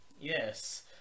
yes